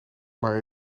maar